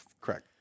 Correct